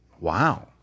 Wow